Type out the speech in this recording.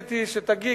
חיכיתי שתגיעי,